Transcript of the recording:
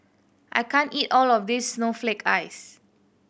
I can't eat all of this snowflake ice